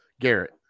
Garrett